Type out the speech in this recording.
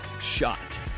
shot